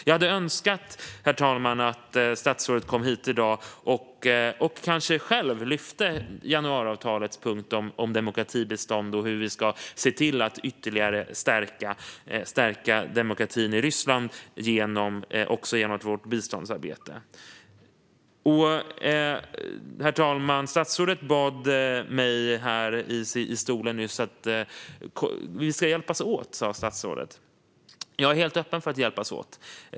Jag hade önskat, herr talman, att statsrådet kom hit i dag och själv lyfte fram januariavtalets punkt om demokratibistånd och hur vi kan stärka demokratin i Ryssland ytterligare genom vårt biståndsarbete. Herr talman! Statsrådet sa i talarstolen att vi skulle hjälpas åt. Jag är helt öppen för att hjälpas åt.